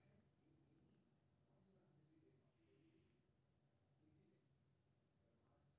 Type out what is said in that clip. कागज उद्योग मे लकड़ी के उपयोग कच्चा माल के रूप मे होइ छै आ अनेक कंपनी पेपरबोर्ड बनबै छै